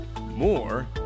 more